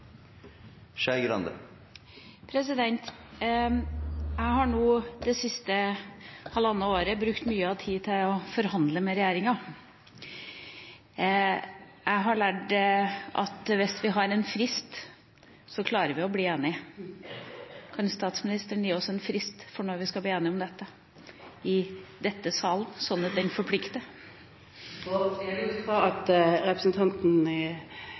Skei Grande – til oppfølgingsspørsmål. Det siste halvannet år har jeg brukt mye tid til å forhandle med regjeringa. Jeg har lært at hvis vi har en frist, klarer vi å bli enige. Kan statsministeren gi oss en frist for når vi skal bli enige om dette, i denne salen, sånn at det forplikter? Jeg går ut ifra at representanten